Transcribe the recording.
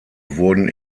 wurden